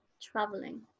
traveling